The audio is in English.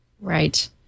Right